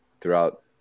throughout